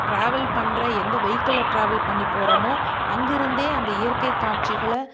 travel பண்ணுற எந்த வெஹிக்கிள்ல டிராவல் பண்ணி போகிறோமோ அங்கே இருந்தே அந்த இயற்கை காட்சிகளை